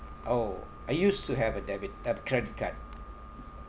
oh I used to have a debit uh credit card